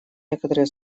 некое